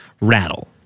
rattle